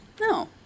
No